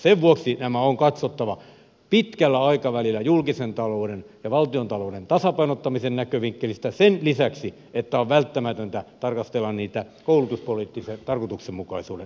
sen vuoksi nämä on katsottava pitkällä aikavälillä julkisen talouden ja valtiontalouden tasapainottamisen näkövinkkelistä sen lisäksi että on välttämätöntä tarkastella niitä koulutuspoliittisen tarkoituksenmukaisuuden näkövinkkelistä